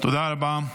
תודה רבה.